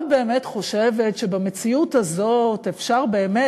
את באמת חושבת שבמציאות הזאת אפשר באמת,